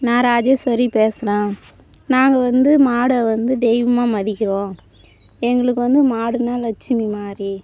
நான் ராஜேஸ்வரி பேசுகிறேன் நாங்கள் வந்து மாடை வந்து தெய்வமாக மதிக்கிறோம் எங்களுக்கு வந்து மாடுன்னால் லட்சுமிமாதிரி